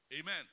Amen